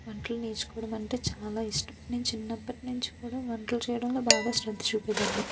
వంటలు నేర్చుకోవడమంటే చాలా ఇష్టం నేను చిన్నపట్నుంచి కూడా వంటలు చేయడంలో బాగా శ్రద్ధ చూపేదాన్ని